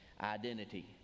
identity